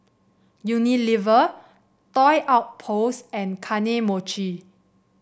Unilever Toy Outpost and Kane Mochi